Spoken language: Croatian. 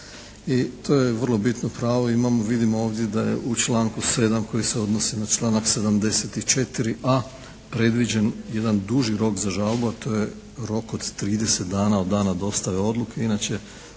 I to je vrlo bitno pravo. Imamo, vidimo ovdje da je u članku 7. koji se odnosi na članak 74.a predviđen jedan duži rok za žalbu, a to je rok od 30 dana od dana dostave odluke. Inače